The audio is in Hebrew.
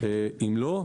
אם לא,